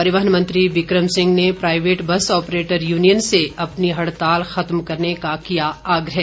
परिवहन मंत्री बिक्रम सिंह ने प्राईवेट बस ऑपरेटर युनियन से अपनी हड़ताल खत्म करने का किया आग्रह